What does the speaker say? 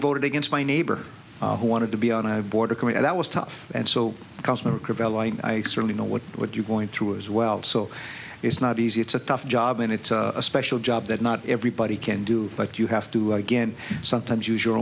voted against my neighbor who wanted to be on a border collie that was tough and so cosmic rebel i certainly know what what you're going through as well so it's not easy it's a tough job and it's a special job that not everybody can do but you have to again sometimes use your